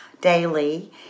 daily